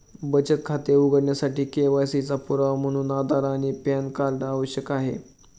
बचत खाते उघडण्यासाठी के.वाय.सी चा पुरावा म्हणून आधार आणि पॅन कार्ड आवश्यक आहे